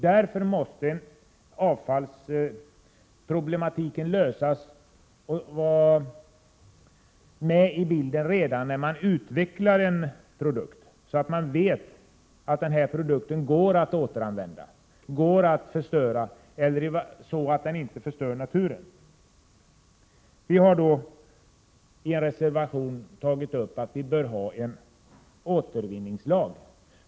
Därför måste avfallsproblematiken lösas och finnas med i bilden redan när man utvecklar en produkt, så att man vet att produkten går att återanvända, går att förstöra eller i varje fall inte förstör naturen. Vi har i en reservation tagit upp att det bör införas en återvinningslag.